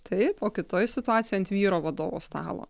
taip o kitoj situacijoj ant vyro vadovo stalo